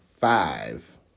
Five